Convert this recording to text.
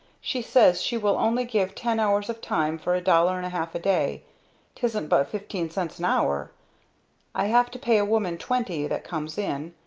she says she will only give ten hours of time for a dollar and a half a day tisn't but fifteen cents an hour i have to pay a woman twenty that comes in.